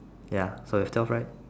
ya so is twelve right